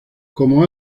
como